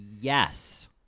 yes